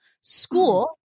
school